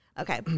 Okay